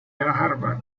harvard